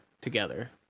together